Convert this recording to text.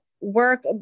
work